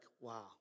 wow